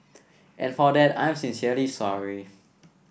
and for that I'm sincerely sorry